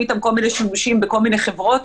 איתם כל מיני שימושים בכל מיני חברות,